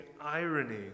irony